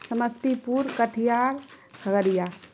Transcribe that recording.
سمستی پور کٹیہیار کھگڑیا